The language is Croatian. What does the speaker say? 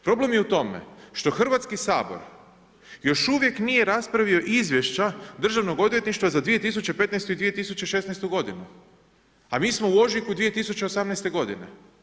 Problem je u tome što Hrvatski sabor još uvijek nije raspravio izvješća Državnog odvjetništva za 2015. i 2016. godinu, a mi smo u ožujku 2018. godine.